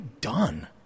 done